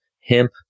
hemp